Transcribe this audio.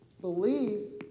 believe